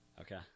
Okay